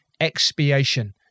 expiation